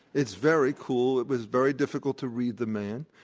it's very cool. it was very difficult to read the man,